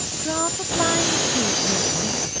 draw up a blind, or two, james,